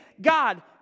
God